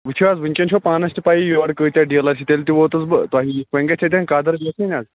وٕچھُو حظ وٕنکٮ۪ن چھَو پانس تہِ پیی یورٕ کۭتاہ ڈیٖلر چھِ تیٚلہِ تہِ ووٚتُس بہٕ تۄہے نِش وۄنۍ گَژھِ اَتٮ۪ن قدٕر گَژھٕنۍ حظ